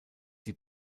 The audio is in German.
die